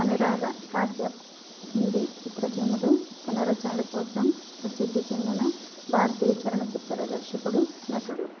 అనురాగ కాశ్యప్ హిందీ చిత్రసీమలో తన రచనల కోసం ప్రసిద్ధి చెందిన భారతీయ చలనచిత్ర దర్శకుడు నటుడు